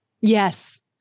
Yes